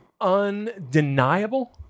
undeniable